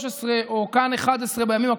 13 או כאן11 בימים הקרובים,